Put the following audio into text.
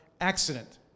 accident